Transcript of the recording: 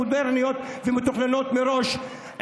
מודרניות ומתוכננות מראש,